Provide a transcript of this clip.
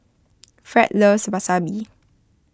Fred loves Wasabi